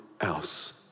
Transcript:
else